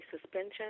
suspension